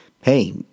Hey